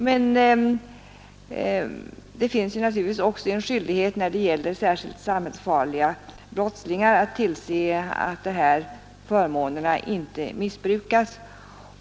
Men det finns naturligtvis också en skyldighet vad beträffar särskilt samhällsfarliga brottslingar att tillse att de här förmånerna inte missbrukas.